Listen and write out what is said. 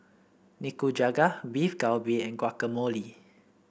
Nikujaga Beef Galbi and Guacamole